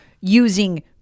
using